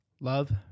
Love